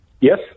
Yes